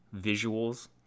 visuals